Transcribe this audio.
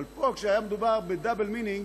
אבל פה היה מדובר ב-double meaning,